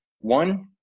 one